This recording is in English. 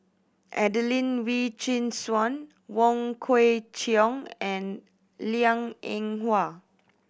Adelene Wee Chin Suan Wong Kwei Cheong and Liang Eng Hwa